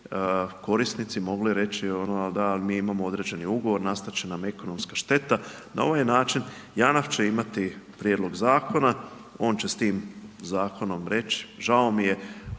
korisnici mogli reći a da ali mi imamo određeni ugovor, nastati će nam ekonomska šteta. Na ovaj način JANAF će imati prijedlog zakona, on će sa tim zakonom reći žao mi je